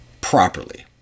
properly